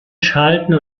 schalten